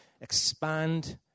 expand